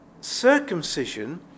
circumcision